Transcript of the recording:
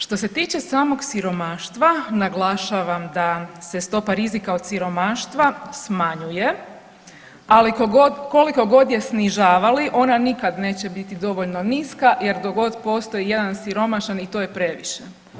Što se tiče samog siromaštva naglašavam da se stopa rizika od siromaštva smanjuje, ali koliko god je snižavali ona nikada neće biti dovoljno niska jer dok god postoji jedan siromašan i to je previše.